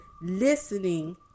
listening